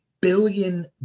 billion